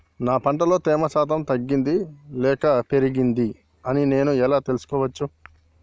నా పంట లో తేమ శాతం తగ్గింది లేక పెరిగింది అని నేను ఎలా తెలుసుకోవచ్చు?